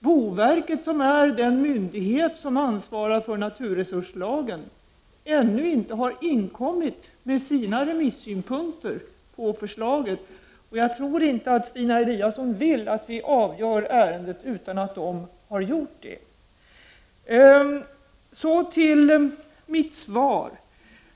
Boverket, som är den myndighet som ansvarar för naturresurslagen, har ännu inte inkommit med sina remissynpunkter på förslaget, och jag tror inte att Stina Eliasson vill att vi avgör ärendet utan dem. Så till mitt svar.